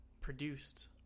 produced